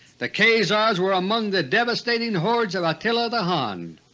the khazars were among the devastating hordes of attila the hun.